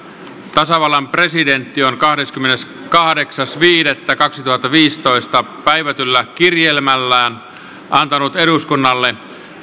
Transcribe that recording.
tasavallan presidentti on kahdeskymmeneskahdeksas viidettä kaksituhattaviisitoista päivätyllä kirjelmällään antanut eduskunnalle